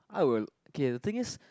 I will okay the thing is